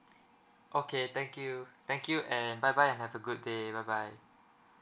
okay thank you thank you and bye bye and have a good day bye bye